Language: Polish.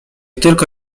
tylko